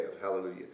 Hallelujah